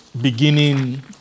beginning